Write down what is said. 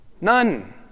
None